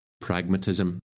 Pragmatism